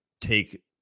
take